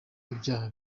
ibyaha